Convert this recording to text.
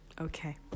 okay